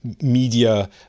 media